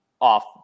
off